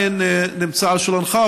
עדיין נמצא על שולחנך,